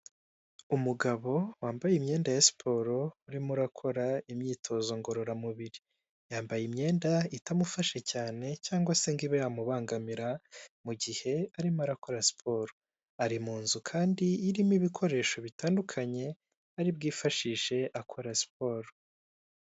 Umugabo wambaye imyenda ya siporo urimo akora imyitozo ngororamubiri yambaye imyenda itamufashe cyane cyangwa se ngo ibe yamubangamira mu gihe arimo akora siporo ari mu nzu kandi irimo ibikoresho bitandukanye ari bwifashishe akora siporo.